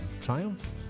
Triumph